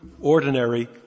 ordinary